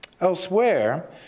Elsewhere